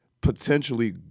potentially